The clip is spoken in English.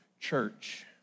church